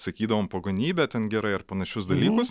sakydavom pagonybė ten gerai ar panašius dalykus